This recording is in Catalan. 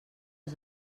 has